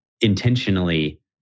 intentionally